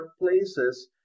places